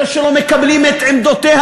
אלה שלא מקבלים את עמדותיה,